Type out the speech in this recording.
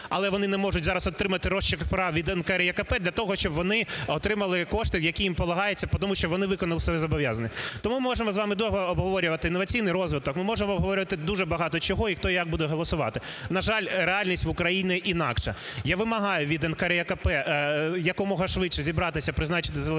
але вони не можуть зараз отримати розчерк пера від НКРЕКП для того, щоб вони отримали кошти, які їм полагається, по тому, що вони виконали свої зобов'язання. Тому ми можемо з вами довго обговорювати інноваційний розвиток, ми можемо обговорювати дуже багато чого і хто, і як буде голосувати. На жаль, реальність в Україні інакша. Я вимагаю від НКРЕКП якомога швидше зібратися, призначити "зелений"